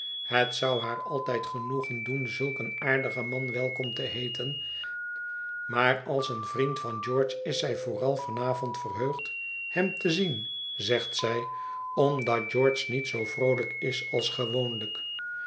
het zou haar altijd genoegen doen zulk een aardigen man welkom te heeten maar als een vriend van george is zij vooral van avond verheugd hem te zien zegt zij omdat george niet zoo vroolijk is als gewoonlijk